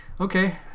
Okay